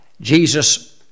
Jesus